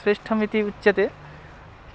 श्रेष्ठमिति उच्यते